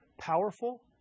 powerful